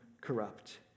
corrupt